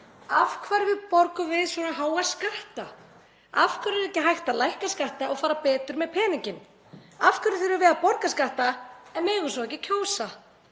Af hverju borgum við svona háa skatta? Af hverju er ekki hægt að lækka skatta og fara bara betur með peninginn? Af hverju þurfum við að borga skatta en megum svo ekki kjósa?